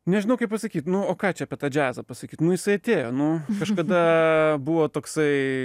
nežinau kaip pasakyt nu o ką čia apie džiazą pasakyt nu jisai atėjo nu kažkada buvo toksai